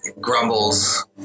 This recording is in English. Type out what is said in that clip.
Grumbles